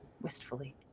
wistfully